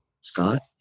Scott